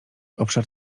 obszar